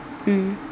mm